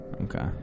Okay